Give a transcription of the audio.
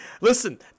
listen